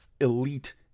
elite